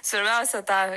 svarbiausia tą